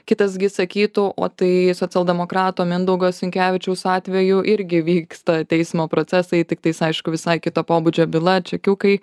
kitas gi sakytų o tai socialdemokrato mindaugo sinkevičiaus atveju irgi vyksta teismo procesai tiktais aišku visai kito pobūdžio byla čekiukai